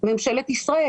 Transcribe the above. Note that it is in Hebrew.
ממשלת ישראל.